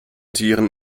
tieren